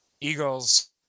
Eagles